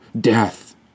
Death